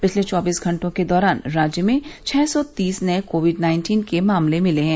पिछले चौबीस घंटों के दौरान राज्य में छः सौ तीस नये कोविड नाइन्टीन के मामले मिले हैं